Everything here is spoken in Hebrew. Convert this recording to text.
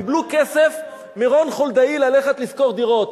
קיבלו כסף מרון חולדאי ללכת לשכור דירות,